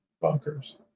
bunkers